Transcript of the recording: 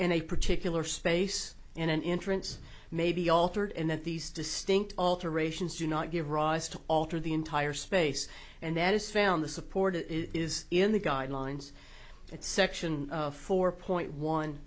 in a particular space in an intrinsic may be altered and that these distinct alterations do not give rise to alter the entire space and that is found the support is in the guidelines section four point one